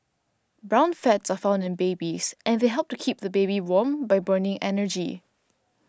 brown fats are found in babies and they help to keep the baby warm by burning energy